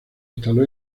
instaló